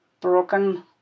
broken